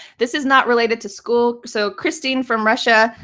this is not related to school. so christine from russia,